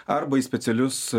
arba į specialius